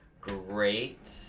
great